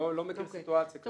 לא מכיר סיטואציה כזו.